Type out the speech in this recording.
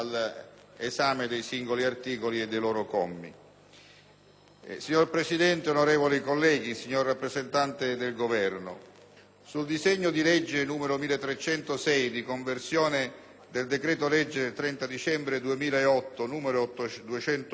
Signor Presidente, onorevoli colleghi, signor rappresentante del Governo, sul disegno di legge n. 1306 di conversione del decreto‑legge 30 dicembre 2008, n. 208,